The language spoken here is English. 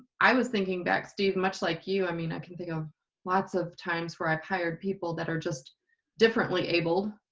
i was thinking back steve much like you i mean i can think of lots of times where i've hired people that are just differently abled